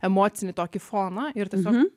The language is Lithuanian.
emocinį tokį foną ir tiesiog